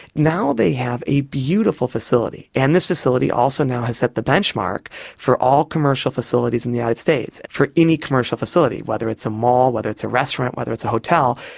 now they have a beautiful facility, and this facility also now has set the benchmark for all commercial facilities in the united states, for any commercial facility, whether it's a mall, whether it's a restaurant, whether it's a hotel.